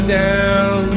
down